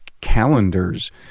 calendars